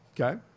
Okay